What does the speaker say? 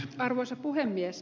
arvoisa puhemies